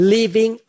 Living